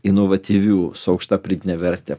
inovatyvių su aukšta pridėtine verte